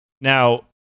now